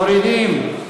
לסעיף 4, מורידים.